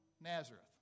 Nazareth